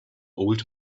old